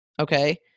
okay